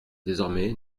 désormais